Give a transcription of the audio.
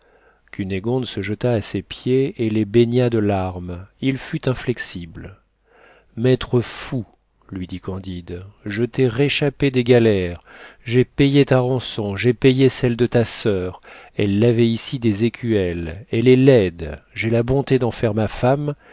cunégonde se jeta à ses pieds et les baigna de larmes il fut inflexible maître fou lui dit candide je t'ai réchappé des galères j'ai payé ta rançon j'ai payé celle de ta soeur elle lavait ici des écuelles elle est laide j'ai la bonté d'en faire ma femme